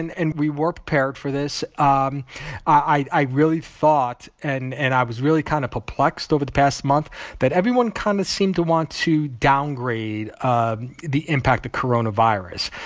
and and we were prepared for this. um i i really thought and and i was really kind of perplexed over the past month that everyone kind of seemed to want to downgrade the impact of coronavirus.